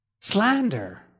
Slander